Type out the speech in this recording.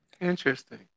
Interesting